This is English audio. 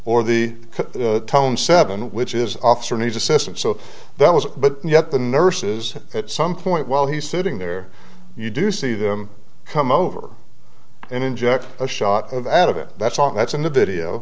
or the tone seven which is officer needs assistance so that was but yet the nurses at some point while he's sitting there you do see them come over and inject a shot of added it that's all that's in the video